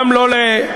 גם לא לאיטליה,